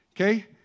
Okay